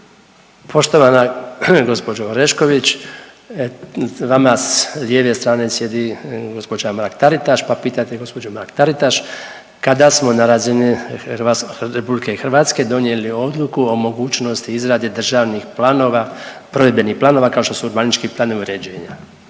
Poštovana gospođo Orešković, vama s lijeve strane sjedi gospođa Mrak Taritaš, pa pitajte gospođu Mrak Taritaš kada smo na razini RH donijeli odluku o mogućnosti izrade državnih planova, provedbenih planova kao što su ubranički planovi uređenja.